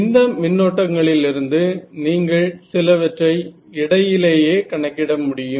இந்த மின்னோட்டங்களிலிருந்து நீங்கள் சிலவற்றை இடையிலேயே கணக்கிட முடியும்